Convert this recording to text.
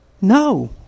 No